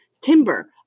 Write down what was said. timber